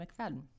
McFadden